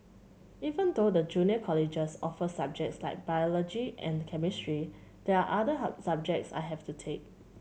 even though the junior colleges offer subjects like biology and chemistry there are other subjects I have to take